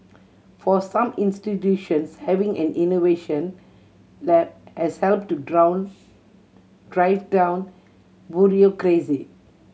for some institutions having an innovation lab has helped to drive down bureaucracy